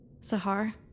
Sahar